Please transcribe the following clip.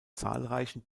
zahlreichen